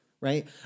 Right